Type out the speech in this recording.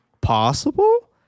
possible